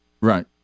Right